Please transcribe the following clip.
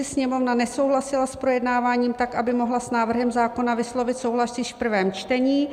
Sněmovna nesouhlasila s projednáváním tak, aby mohla s návrhem zákona vyslovit souhlas již v prvém čtení.